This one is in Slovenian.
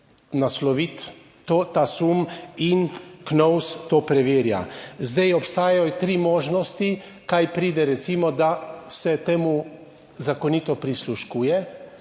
nasloviti ta sum in KNOVS to preverja. Zdaj obstajajo tri možnosti, kaj pride recimo, da se temu zakonito prisluškuje,